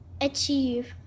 achieve